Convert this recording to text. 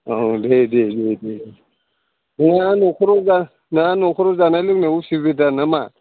दे दे दे दे नोंहा न'खराव दा नोंहा न'खराव जानाय लोंनायाव उसुबिदा ना मा